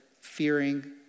fearing